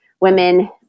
women